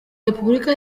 repubulika